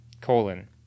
colon